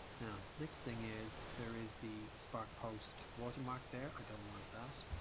now. next thing is there is the spark post watermark there. i don't want that.